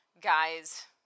guys